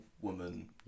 woman